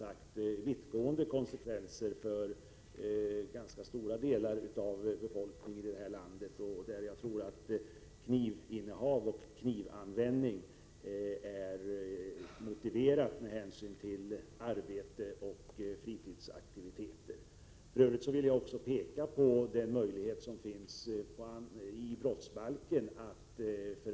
1987/88:115 konsekvenser för ganska stora delar av befolkningen. Jag tror att knivinne hav och knivanvändning på många håll är någonting som är motiverat med tanke på arbete och fritidsaktiviteter. För övrigt vill jag peka på de möjligheter som finns enligt brottsbalken.